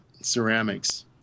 ceramics